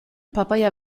papaia